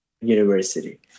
university